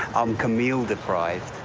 i'm camille deprived.